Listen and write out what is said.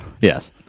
Yes